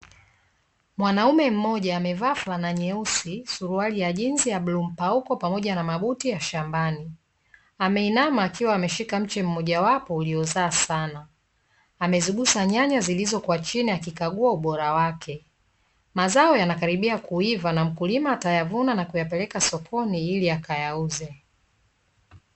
Mwanaume mmoja amevaa fulana nyeusi, suruali ya jinzi ya bluu mpauko pamoja na mabuti ya shambani. Ameinama akiwa ameshika mche mmojawapo uliozaa sana. Amezigusa nyanya zilizo kwa chini akikagua ubora wake. Mazao yanakaribia kuiva na mkulima atayavuna na kuyapeleka sokoni ili akayauze.